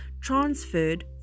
transferred